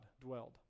dwelled